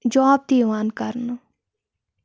job تہِ یِوان کَرنہٕ